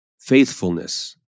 Faithfulness